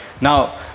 Now